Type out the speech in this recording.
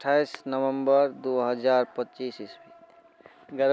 अठाइस नवम्बर दू हजार पच्चीस ईस्वी गलत